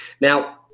Now